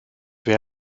wer